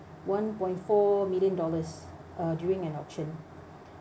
one point four million dollars uh during an auction